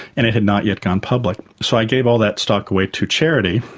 and it had not yet gone public. so i gave all that stock away to charity